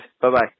Bye-bye